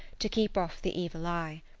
to keep off the evil eye.